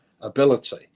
ability